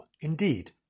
indeed